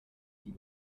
die